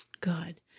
good